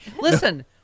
listen